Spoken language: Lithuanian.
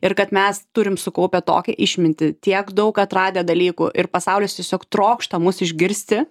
ir kad mes turim sukaupę tokią išmintį tiek daug atradę dalykų ir pasaulis tiesiog trokšta mus išgirsti